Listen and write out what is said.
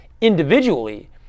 individually